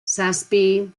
zazpi